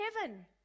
heaven